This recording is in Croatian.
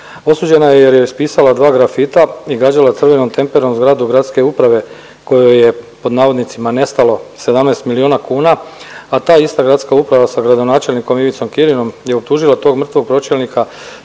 Osuđena je jer je ispisala dva grafita i gađala crvenom temperom zgradu gradske uprave kojoj je pod navodnicima nestalo 17 milijuna kuna, a ta ista gradska uprava sa gradonačelnikom Ivicom Kirinom je optužila tog mrtvog pročelnika